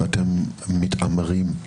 ואתם מתעמרים.